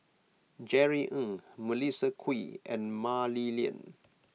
Jerry Ng Melissa Kwee and Mah Li Lian